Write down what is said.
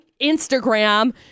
Instagram